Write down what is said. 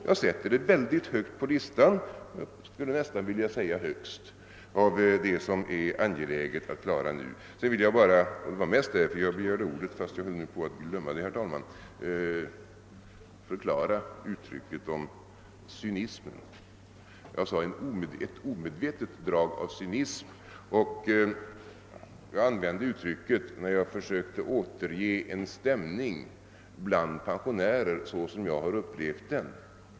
Jag sätter detta väldigt högt på listan — jag skulle nästan vilja säga högst — av det som det är angeläget att klara nu. Sedan vill jag bara — det var när mast därför jag begärde ordet fast jag nu höll på att glömma det — förklara uttrycket »ett omedvetet drag av cy nism« som jag använde när jag försökte återge en stämning bland pensionärer såsom jag har upplevt den.